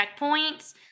checkpoints